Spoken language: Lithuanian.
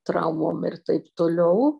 traumom ir taip toliau